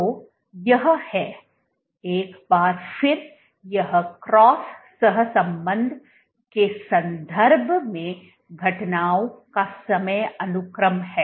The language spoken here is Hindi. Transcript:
तो यह है एक बार फिर यह क्रॉस सहसंबंध के संदर्भ में घटनाओं का समय अनुक्रम है